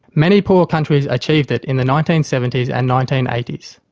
many poor countries achieved it in the nineteen seventy s and nineteen eighty s.